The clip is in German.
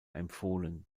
empfohlen